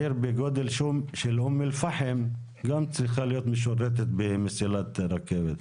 גם עיר בגודלה של אום-אל-פאחם גם צריך לשרת במסילת רכבת.